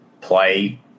play